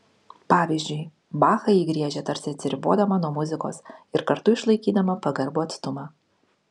pavyzdžiui bachą ji griežia tarsi atsiribodama nuo muzikos ir kartu išlaikydama pagarbų atstumą